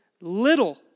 little